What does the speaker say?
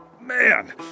man